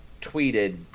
tweeted